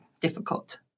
difficult